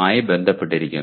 മായി ബന്ധപ്പെട്ടിരിക്കുന്നു